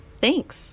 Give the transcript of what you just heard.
Thanks